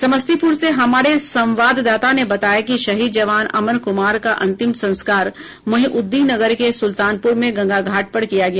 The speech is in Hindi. समस्तीपुर से हमारे संवाददाता ने बताया कि शहीद जवान अमन कुमार का अंतिम संस्कार मोहिउद्दीननगर के सुल्तानपुर में गंगा घाट पर किया गया